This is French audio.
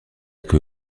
que